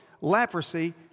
leprosy